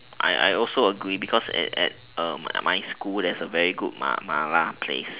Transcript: I I also agree because at at my school there's a very good malay malay place